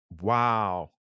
Wow